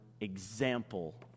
example